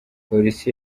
polisi